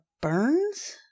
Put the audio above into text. burns